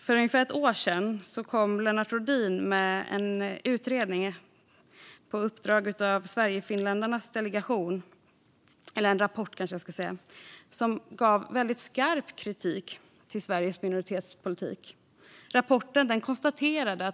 För ungefär ett år sedan lämnade Lennart Rohdin på uppdrag av Sverigefinländarnas delegation en rapport som riktade väldigt skarp kritik mot Sveriges minoritetspolitik.